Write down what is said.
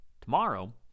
Tomorrow